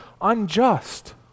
unjust